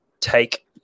take